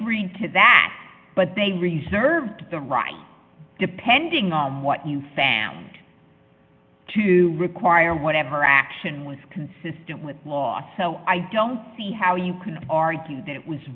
to that but they reserved the right depending on what you found to require whatever action was consistent with law so i don't see how you could argue that it was